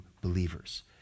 believers